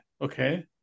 okay